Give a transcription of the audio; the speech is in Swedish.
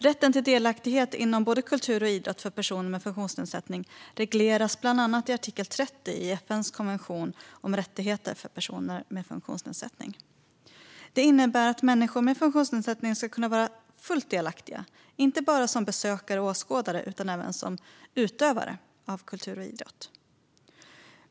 Rätten till delaktighet inom både kultur och idrott för personer med funktionsnedsättning regleras bland annat i artikel 30 i FN:s konvention om rättigheter för personer med funktionsnedsättning. Den innebär att människor med funktionsnedsättning ska kunna vara fullt delaktiga, inte bara som besökare och åskådare utan även som utövare av kultur och idrott.